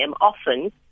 often